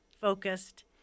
focused